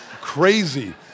crazy